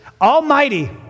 almighty